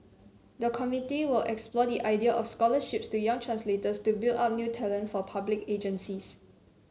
the committee will explore the idea of scholarships to young translators to build up new talent for public agencies